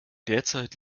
derzeit